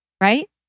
Right